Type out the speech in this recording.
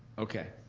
okay.